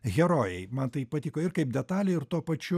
herojai man tai patiko ir kaip detalė ir tuo pačiu